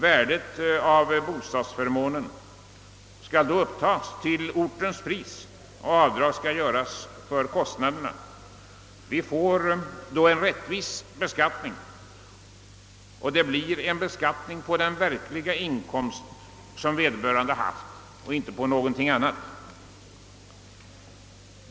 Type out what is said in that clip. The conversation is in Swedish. Värdet av bostadsförmånen skall då beräknas efter ortens pris, och avdrag skall göras för kostnaderna. Därmed får vi en rättvis beskattning, en beskattning på den verkliga inkomst som vederbörande haft och inte på någonting annat.